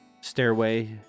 stairway